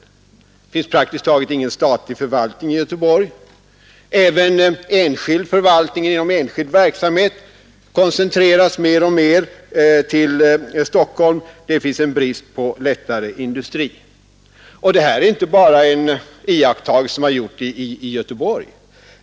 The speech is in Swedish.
Det finns praktiskt taget ingen statlig förvaltning i Göteborg, och även förvaltningen inom enskild verksamhet koncentreras mer och mer till Stockholm. Det råder också brist på lättare industri. Detta är inte bara en iakttagelse som har gjorts i Göteborg.